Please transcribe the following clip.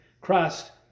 Christ